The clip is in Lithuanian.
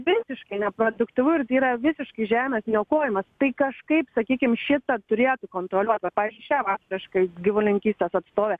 visiškai neproduktyvu ir tai yra visiškai žemės niokojamas tai kažkaip sakykim šitą turėtų kontroliuot vat pavyzdžiui šią vasarą aš kaip gyvulininkystės atstovė